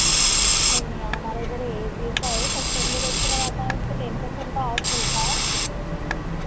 नहीं नहीं हमारे इधर ऐसा हे फ़स्ट टाइम जो कस्टमर आता है उसको टेन पर्सेंट का ऑफ़ मिलता है